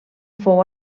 fou